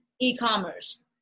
e-commerce